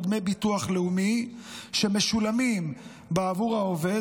דמי ביטוח לאומי שמשולמים בעבור העובד,